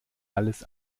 alles